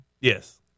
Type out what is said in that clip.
Yes